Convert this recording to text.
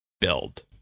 build